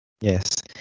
yes